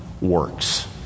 works